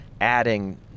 adding